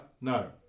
no